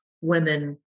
women